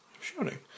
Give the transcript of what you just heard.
shouting